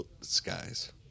skies